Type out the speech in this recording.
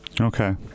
okay